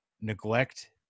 neglect